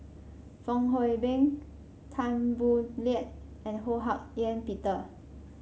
Fong Hoe Beng Tan Boo Liat and Ho Hak Ean Peter